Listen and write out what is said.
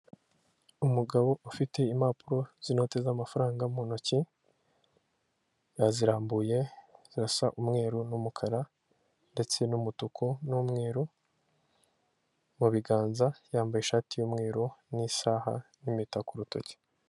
Umugabo ufite impapuro z'inoti z'amafaranga mu ntoki, yazirambuye zirasa umweru n'umukara ndetse n'umutuku n'umweru, mu biganza yambaye ishati y'umweru n'isaha n'imipeta ku rutoki.